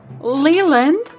Leland